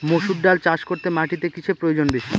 মুসুর ডাল চাষ করতে মাটিতে কিসে প্রয়োজন বেশী?